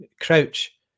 crouch